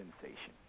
sensation